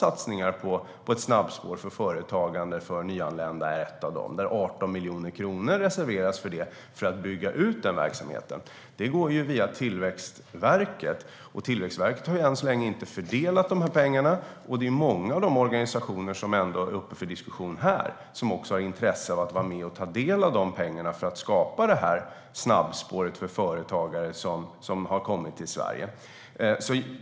Satsningar på ett snabbspår för företagande för nyanlända är ett av dem, och 18 miljoner kronor reserveras för det för att bygga ut den verksamheten. Det går via Tillväxtverket, och Tillväxtverket har än så länge inte fördelat dessa pengar. Det är många av de organisationer som ändå är uppe till diskussion här som också har intresse av att vara med och ta del av dessa pengar för att skapa detta snabbspår för företagare som har kommit till Sverige.